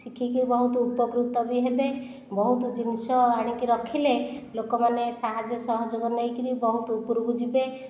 ଶିଖିକି ବି ବହୁତ ଉପକୃତ ବି ହେବେ ବହୁତ ଜିନିଷ ଆଣିକି ରଖିଲେ ଲୋକମାନେ ସାହାଯ୍ୟ ସହଯୋଗ ନେଇକରି ବହୁତ ଉପରକୁ ଯିବେ